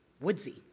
woodsy